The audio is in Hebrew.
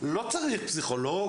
לא צריך פסיכולוג,